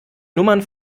nummern